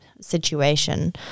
situation